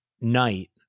night